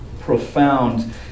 profound